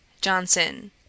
Johnson